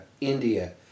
India